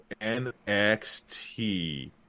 NXT